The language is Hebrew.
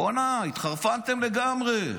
בואנ'ה, התחרפנתם לגמרי.